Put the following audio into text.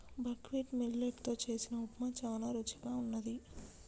buckwheat millet తో చేసిన ఉప్మా చానా రుచిగా వున్నది